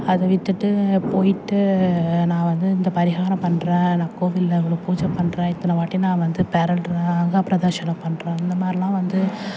அதை விட்டுட்டு போய்ட்டு நான் வந்து இந்த பரிகாரம் பண்ணுறேன் நான் கோவிலில் இவ்வளோ பூஜை பண்ணுறேன் இத்தனைவாட்டி நான் வந்து பெரல்கிறேன் அங்கப்ரதட்ஷணம் பண்ணுறேன் அந்த மாதிரில்லாம் வந்து